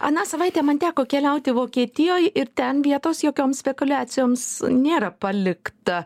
aną savaitę man teko keliauti vokietijoj ir ten vietos jokiom spekuliacijoms nėra palikta